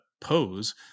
pose